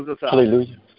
Hallelujah